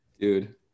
Dude